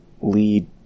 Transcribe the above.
lead